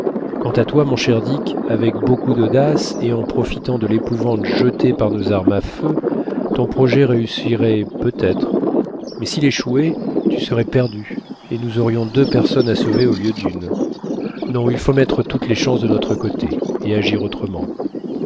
quant à toi mon cher dick avec beaucoup d'audace et en profitant de l'épouvante jetée par nos armes à feu ton projet réussirait peut-être mais s'il échouait tu serais perdu et nous au rions deux personnes à sauver au lieu d'une non il faut mettre toutes les chances de notre côté et agir autrement